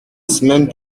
semaine